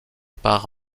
par